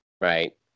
right